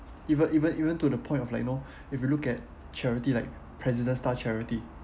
even even even to the point of like you know if you look at charity like president star charity